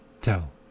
tell